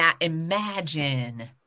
imagine